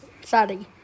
Sorry